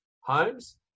homes